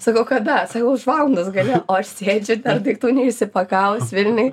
sakau kada sako už valandos gali o aš sėdžiu dar daiktų neišsipakavus vilniuj